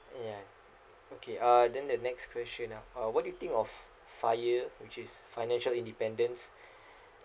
ya okay uh then the next question ah uh what do you think of fi~ a~ which is financial independence